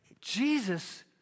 Jesus